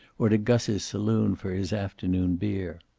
or to gus's saloon for his afternoon beer.